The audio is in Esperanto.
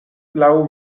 laŭ